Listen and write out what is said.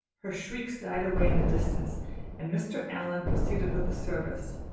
her shrieks died away in the distance and mr. allan proceeded with the service.